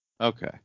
Okay